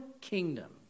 kingdom